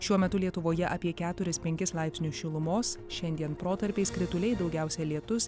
šiuo metu lietuvoje apie keturis penkis laipsnius šilumos šiandien protarpiais krituliai daugiausia lietus